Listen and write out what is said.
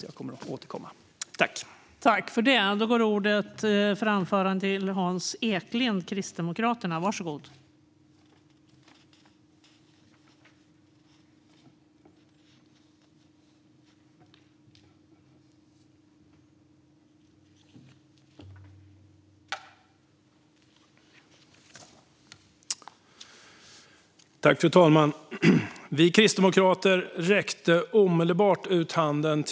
Jag återkommer då.